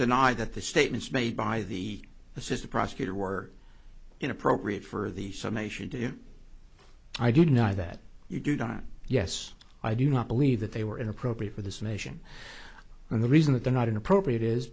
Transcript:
deny that the statements made by the assistant prosecutor were inappropriate for the summation to i didn't know that you don't yes i do not believe that they were inappropriate for this nation and the reason that they're not inappropriate is